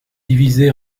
divisé